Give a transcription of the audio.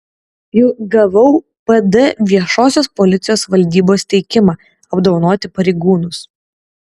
juk gavau pd viešosios policijos valdybos teikimą apdovanoti pareigūnus